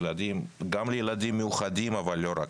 גם לילדים מיוחדים אבל לא רק.